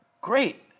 great